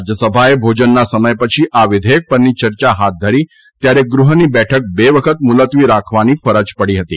રાજ્યસભાએ ભોજનના સમય પછી આ વિધેયક પરની ચર્ચા હાથ ધરી હતી ત્યારે ગૃહની બેઠક બે વખત મુલત્વી રાખવાની ફરજ પડી હતી